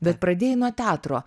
bet pradėjai nuo teatro